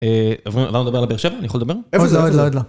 ‫בואו נדבר על באר שבע, ‫אני יכול לדבר? ‫איפה זה עוד לא? ‫-איפה זה? עוד לא